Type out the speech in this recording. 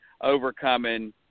overcoming